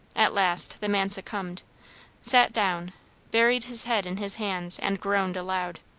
at last the man succumbed sat down buried his head in his hands, and groaned aloud.